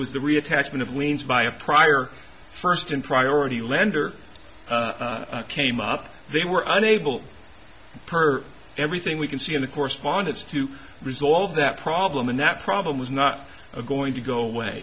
was the reattachment of wein's by a prior first in priority lender came up they were unable per everything we can see in the correspondence to resolve that problem and that problem was not going to go away